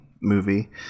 movie